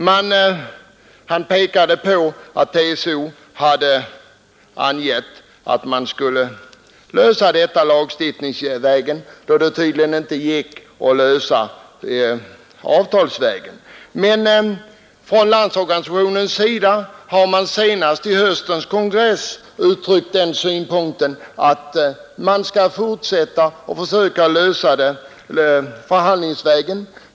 Herr Ekinge sade vidare att TCO uttalat att man borde lösa problemet lagstiftningsvägen, då det tydligen inte gick att göra det avtalsvägen. Men från Landsorganisationens sida har man senast vid höstens kongress betonat att man bör fortsätta att försöka lösa problemet förhandlingsvägen.